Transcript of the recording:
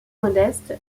modeste